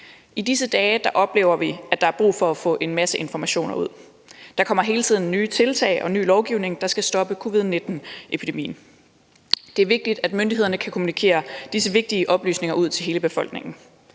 I disse dage oplever vi, at der er brug for at få en masse informationer ud. Der kommer hele tiden nye tiltag og ny lovgivning, der skal stoppe covid-19-epidemien. Det er vigtigt, at myndighederne kan kommunikere disse vigtige oplysninger ud til hele befolkningen.